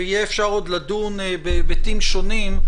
ויהיה אפשר עוד לדון בהיבטים שונים,